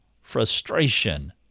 Frustration